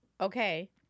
Okay